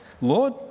Lord